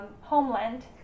homeland